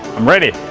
i'm ready!